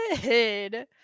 good